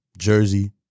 Jersey